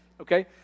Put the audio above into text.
okay